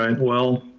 and well,